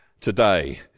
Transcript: today